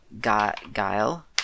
guile